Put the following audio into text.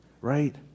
right